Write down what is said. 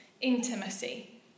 intimacy